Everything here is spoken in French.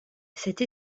cette